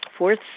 Fourth